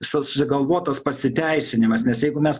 susigalvotas pasiteisinimas nes jeigu mes